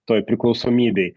toj priklausomybėj